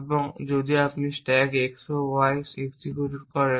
এবং যদি আপনি স্ট্যাক x y এক্সিকিউট করেন